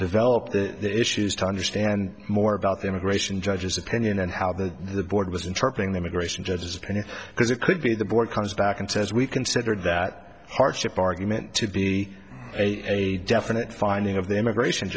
develop the issues to understand more about the immigration judge's opinion and how the the board was and chirping the immigration judges and because it could be the boy comes back and says we considered that hardship argument to be a definite finding of the immigration